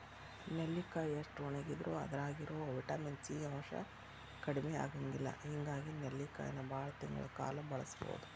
ನೆಲ್ಲಿಕಾಯಿ ಎಷ್ಟ ಒಣಗಿದರೂ ಅದ್ರಾಗಿರೋ ವಿಟಮಿನ್ ಸಿ ಅಂಶ ಕಡಿಮಿ ಆಗಂಗಿಲ್ಲ ಹಿಂಗಾಗಿ ನೆಲ್ಲಿಕಾಯಿನ ಬಾಳ ತಿಂಗಳ ಕಾಲ ಬಳಸಬೋದು